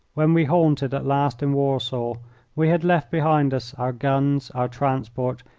when we halted at last in warsaw we had left behind us our guns, our transport,